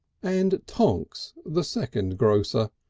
and tonks, the second grocer,